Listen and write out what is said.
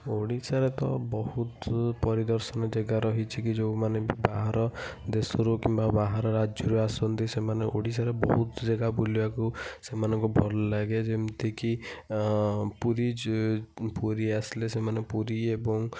ଓଡ଼ିଶାରେ ତ ବହୁତ ପରିଦର୍ଶନ ଜାଗା ରହିଛି କି ଯେଉଁମାନେ ବି ବାହାର ଦେଶରୁ କିମ୍ବା ବାହାର ରାଜ୍ୟରୁ ଆସନ୍ତି ସେମାନେ ଓଡ଼ିଶାର ବହୁତ ଜାଗା ବୁଲିବାକୁ ସେମାନଙ୍କୁ ଭଲ ଲାଗେ ଯେମିତିକି ପୁରୀ ଯ ପୁରୀ ଆସିଲେ ସେମାନେ ପୁରୀ ଏବଂ